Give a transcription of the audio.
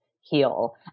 heal